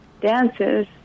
dances